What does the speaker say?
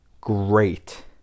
great